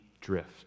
drift